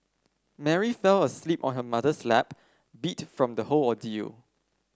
Mary fell asleep on her mother's lap beat from the whole ordeal